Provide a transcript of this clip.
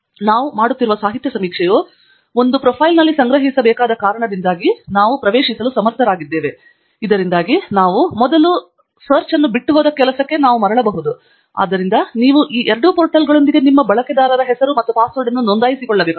ನಾವು ಮಾಡುತ್ತಿರುವ ಸಾಹಿತ್ಯ ಸಮೀಕ್ಷೆಯು ಒಂದು ಪ್ರೊಫೈಲ್ನಲ್ಲಿ ಸಂಗ್ರಹಿಸಬೇಕಾದ ಕಾರಣದಿಂದಾಗಿ ನಾವು ಪ್ರವೇಶಿಸಲು ಸಮರ್ಥರಾಗಿದ್ದೇವೆ ಇದರಿಂದಾಗಿ ನಾವು ಮೊದಲು ಬಿಟ್ಟುಹೋದ ಕೆಲಸಕ್ಕೆ ನಾವು ಮರಳಬಹುದು ಆದ್ದರಿಂದ ನೀವು ಈ ಎರಡೂ ಪೋರ್ಟಲ್ಗಳೊಂದಿಗೆ ನಿಮ್ಮ ಬಳಕೆದಾರ ಹೆಸರು ಮತ್ತು ಪಾಸ್ವರ್ಡ್ ಅನ್ನು ನೋಂದಾಯಿಸಿಕೊಳ್ಳಬೇಕು